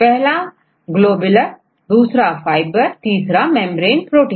पहला ग्लोबुलर दूसरा फाइबर और तीसरा मेंब्रेन प्रोटीन